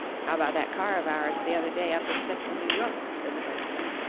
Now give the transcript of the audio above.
how about that car of ours the other day up in central new york? said the first man.